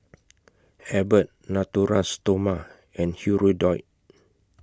Abbott Natura Stoma and Hirudoid